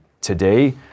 today